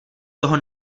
toho